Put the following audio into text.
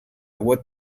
what